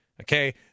okay